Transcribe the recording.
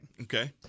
Okay